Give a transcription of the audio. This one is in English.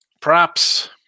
Props